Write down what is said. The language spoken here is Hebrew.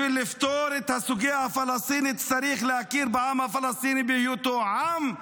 בשביל לפתור את הסוגיה הפלסטינית צריך להכיר בעם הפלסטיני בהיותו עם,